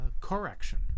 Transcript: correction